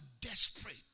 desperate